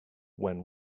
when